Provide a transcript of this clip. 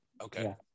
Okay